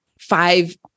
five